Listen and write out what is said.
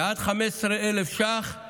ועד 15,000 שקל